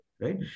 right